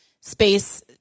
space